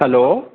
hello